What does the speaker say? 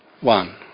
One